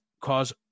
cause